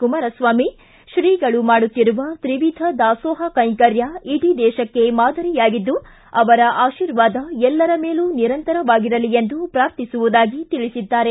ಕುಮಾರಸ್ವಾಮಿ ಶ್ರೀಗಳು ಮಾಡುತ್ತಿರುವ ತ್ರಿವಿಧ ದಾಸೋಹ ಕೈಂಕರ್ಯ ಇಡೀ ದೇಶಕ್ಕೆ ಮಾದರಿಯಾಗಿದ್ದು ಅವರ ಆಶೀರ್ವಾದ ಎಲ್ಲರ ಮೇಲೂ ನಿರಂತರವಾಗಿರಲಿ ಎಂದು ಪ್ರಾರ್ಥಿಸುವುದಾಗಿ ತಿಳಿಸಿದ್ದಾರೆ